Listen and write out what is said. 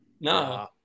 No